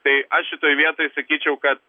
tai aš šitoj vietoj sakyčiau kad